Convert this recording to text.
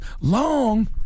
long